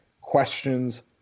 questions